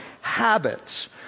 habits